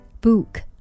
Book